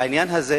לדעתי בעניין הזה